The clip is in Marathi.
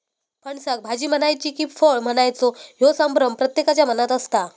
फणसाक भाजी म्हणायची कि फळ म्हणायचा ह्यो संभ्रम प्रत्येकाच्या मनात असता